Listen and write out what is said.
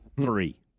three